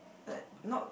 that not